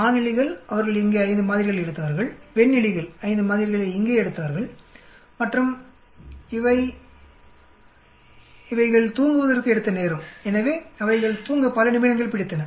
ஆண் எலிகள் அவர்கள் இங்கே 5 மாதிரிகள் எடுத்தார்கள் பெண் எலிகள் 5 மாதிரிகளை இங்கே எடுத்தார்கள் மற்றும் இவை அவைகள் தூங்குவதற்கு எடுத்த நேரம்எனவே அவைகள் தூங்க பல நிமிடங்கள் பிடித்தன